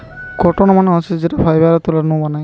cotton মানে হতিছে যেই ফাইবারটা তুলা নু বানায়